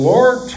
Lord